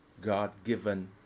God-given